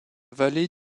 vallée